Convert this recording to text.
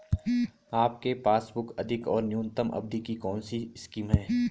आपके पासबुक अधिक और न्यूनतम अवधि की कौनसी स्कीम है?